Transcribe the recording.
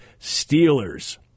Steelers